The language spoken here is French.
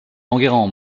enguerrand